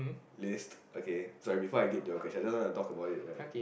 list okay sorry before I get to your question just now when I talked about it right